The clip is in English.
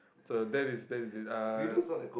so that is that is it uh